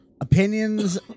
opinions